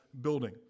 building